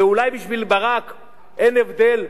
אולי בשביל ברק אין הבדל,